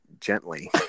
gently